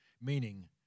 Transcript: meaning